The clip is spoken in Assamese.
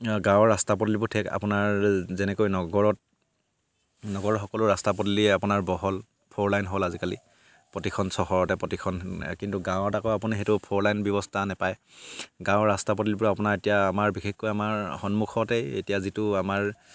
গাঁৱৰ ৰাস্তা পদূলিবোৰ ঠিক আপোনাৰ যেনেকৈ নগৰত নগৰৰ সকলো ৰাস্তা পদূলি আপোনাৰ বহল ফ'ৰ লাইন হ'ল আজিকালি প্ৰতিখন চহৰতে প্ৰতিখন কিন্তু গাঁৱত আকৌ আপুনি সেইটো ফ'ৰলাইন ব্যৱস্থা নাপায় গাঁৱৰ ৰাস্তা পদূলিবোৰ আপোনাৰ এতিয়া আমাৰ বিশেষকৈ আমাৰ সন্মুখতে এতিয়া যিটো আমাৰ